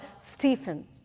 Stephen